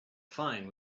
fine